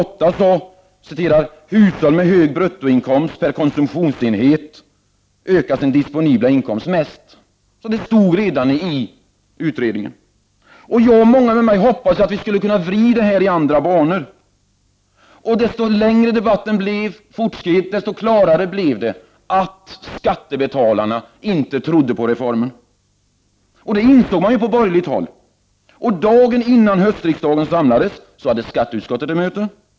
8 framgår att hushåll med hög bruttoinkomst per konsumtionsenhet ökar sin disponibla inkomst mest. Jag och många med mig hoppades att vi skulle kunna vrida utvecklingen, så att den gick i andra banor. Ju längre debatten fortskred, desto klarare blev det att skattebetalarna inte trodde på reformen. Det insåg man från borgerlig håll. Dagen innan höstriksdagen samlades hade skatteutskottet ett möte.